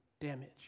damage